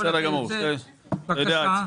בבקשה.